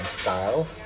style